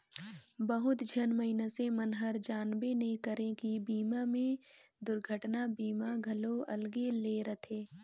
बहुत झन मइनसे मन हर जानबे नइ करे की बीमा मे दुरघटना बीमा घलो अलगे ले रथे